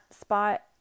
spot